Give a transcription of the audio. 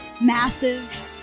massive